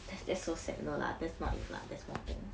that's so sad no lah that's not it lah there's more thing